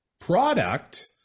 product